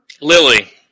Lily